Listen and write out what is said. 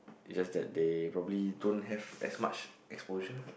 it's just that they probably don't have as much exposure